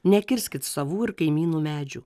nekirskit savų ir kaimynų medžių